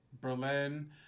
Berlin